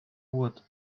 wood